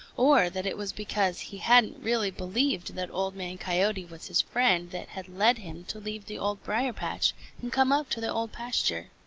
or that it was because he hadn't really believed that old man coyote was his friend that had led him to leave the old briar-patch and come up to the old pasture.